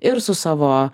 ir su savo